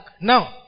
Now